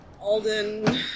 Alden